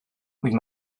with